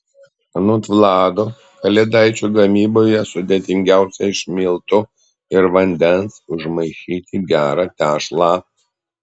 anot vlado kalėdaičių gamyboje sudėtingiausia iš miltų ir vandens užmaišyti gerą tešlą